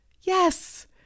Yes